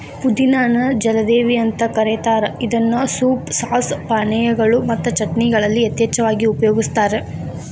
ಪುದಿನಾ ನ ಜಲದೇವಿ ಅಂತ ಕರೇತಾರ ಇದನ್ನ ಸೂಪ್, ಸಾಸ್, ಪಾನೇಯಗಳು ಮತ್ತು ಚಟ್ನಿಗಳಲ್ಲಿ ಯಥೇಚ್ಛವಾಗಿ ಉಪಯೋಗಸ್ತಾರ